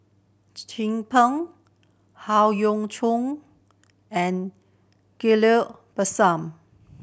Chin Peng Howe Yoon Chong and Ghillie Basan